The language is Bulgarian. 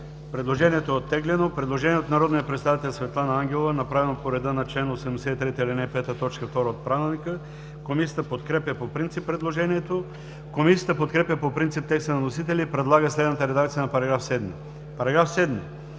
предложението е оттеглено. Предложение от народния представител Светлана Ангелова, направено по реда на чл. 83, ал. 5, т. 2 от Правилника. Комисията подкрепя предложението. Комисията подкрепя по принцип текста на вносителя и предлага следната редакция на § 3: „§ 3.